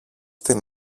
την